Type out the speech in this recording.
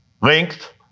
length